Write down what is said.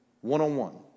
one-on-one